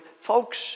folks